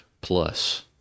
plus